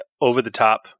over-the-top